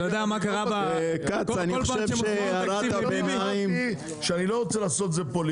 אני לא רוצה לעשות את זה פוליטי,